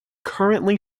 currently